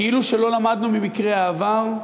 כאילו לא למדנו ממקרי העבר,